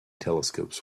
telescopes